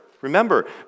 Remember